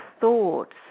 thoughts